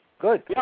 Good